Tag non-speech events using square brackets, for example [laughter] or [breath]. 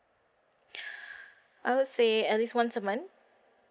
[breath] I would say at least once a month